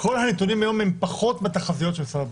כל הנתונים היום הם פחות מהתחזיות של משרד הבריאות.